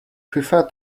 prefer